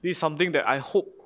this is something that I hope